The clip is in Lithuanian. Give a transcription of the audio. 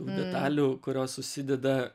detalių kurios susideda